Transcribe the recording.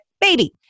baby